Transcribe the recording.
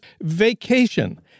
vacation